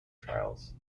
trials